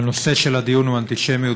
הנושא של הדיון הוא אנטישמיות,